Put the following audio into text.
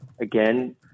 again